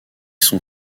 son